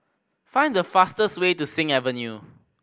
find the fastest way to Sing Avenue